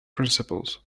principles